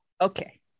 Okay